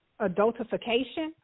adultification